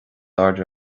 airde